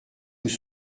sous